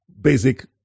basic